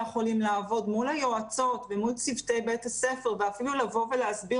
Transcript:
החולים לעבוד מול היועצות ומול צוותי בית הספר ואפילו לבוא ולהסביר